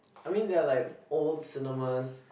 I mean there are like old cinemas